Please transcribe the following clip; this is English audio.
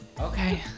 Okay